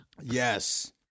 Yes